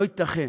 לא ייתכן